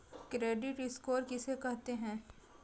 Credit score किसे कहते हैं?